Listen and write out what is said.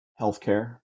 healthcare